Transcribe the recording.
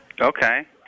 Okay